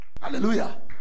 Hallelujah